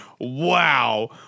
Wow